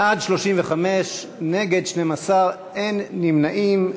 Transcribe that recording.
בעד, 35, נגד, 12, אין נמנעים.